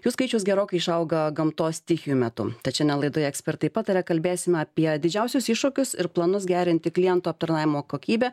jų skaičius gerokai išauga gamtos stichijų metu tad šiandien laidoje ekspertai pataria kalbėsime apie didžiausius iššūkius ir planus gerinti klientų aptarnavimo kokybę